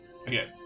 Okay